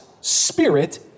spirit